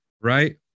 right